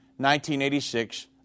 1986